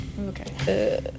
Okay